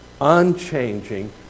unchanging